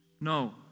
No